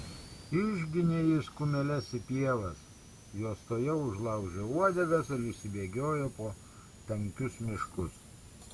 išginė jis kumeles į pievas jos tuojau užlaužė uodegas ir išsibėgiojo po tankius miškus